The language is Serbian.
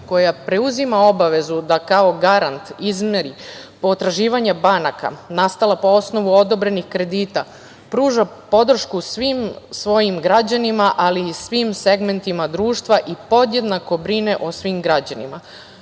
koja preuzima obavezu da kao garant izmiri potraživanja banaka nastala po osnovu odobrenih kredita, pruža podršku svim svojim građanima, ali i svim segmentima društva i podjednako brine o svim građanima. Kroz